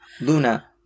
Luna